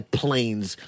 planes